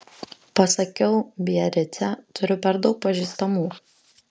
pasakiau biarice turiu per daug pažįstamų